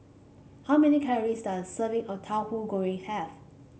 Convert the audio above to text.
how many calories does serving of Tauhu Goreng have